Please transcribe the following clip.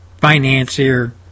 financier